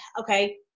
okay